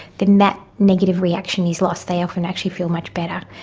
then that negative reaction is lost, they often actually feel much better.